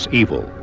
evil